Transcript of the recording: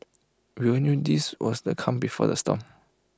we all knew this was the calm before the storm